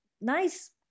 nice